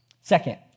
Second